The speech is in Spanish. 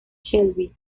shelby